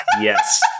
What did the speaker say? Yes